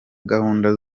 gahunda